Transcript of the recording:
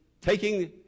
taking